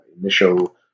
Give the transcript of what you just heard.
initial